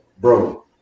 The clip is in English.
Bro